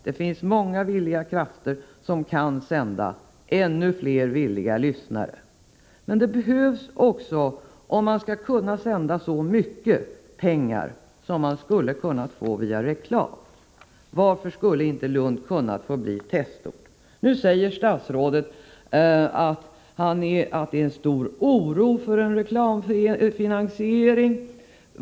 Det finns många villiga krafter som kan sända och ännu fler villiga lyssnare. Men om man skall kunna sända så mycket, behövs också pengar, som man skulle kunna få via reklam. Varför skulle inte Lund kunna få bli testort? Nu säger statsrådet att det är en stor oro för reklamfinansiering.